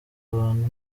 abantu